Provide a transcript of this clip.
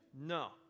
No